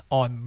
on